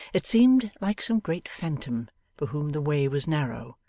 it seemed like some great phantom for whom the way was narrow,